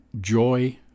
joy